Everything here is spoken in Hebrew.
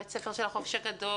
בית ספר של החופש הגדול,